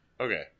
Okay